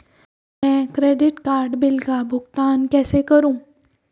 मैं credit card bill का भुगतान कैसे करूं?